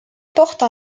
porte